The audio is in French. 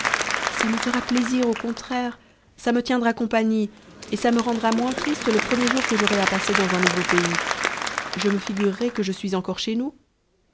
ça me fera plaisir au contraire ça me tiendra compagnie et ça me rendra moins triste le premier jour que j'aurai à passer dans un nouveau pays je me figurerai que je suis encore chez nous